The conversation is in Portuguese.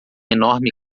enorme